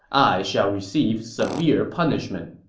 i shall receive severe punishment.